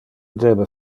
debe